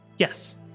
Yes